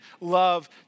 love